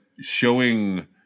showing